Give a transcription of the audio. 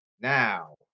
Now